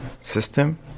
system